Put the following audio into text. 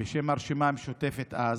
בשם הרשימה המשותפת אז.